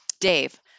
Dave